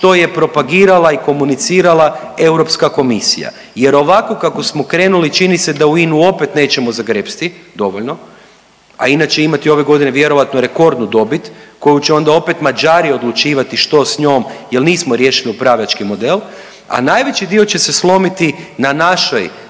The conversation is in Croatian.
što je propagirala i komunicirala Europska komisija jer ovako kako smo krenuli čini se da u INA-u opet nećemo zagrepsti dovoljno, a INA će imati ove godine vjerojatno rekordnu dobit koju će onda opet Mađari odlučivati što s njom jel nismo riješili upravljački model, a najveći dio će se slomiti na našoj